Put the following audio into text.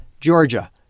Georgia